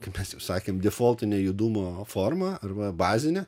kaip mes jau sakėm defoltinė judrumo forma arba bazinė